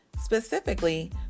Specifically